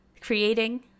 creating